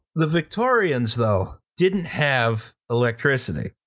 the victorians, though, didn't have electricity,